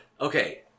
okay